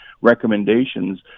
recommendations